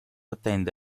attende